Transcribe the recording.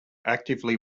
actively